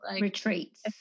retreats